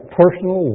personal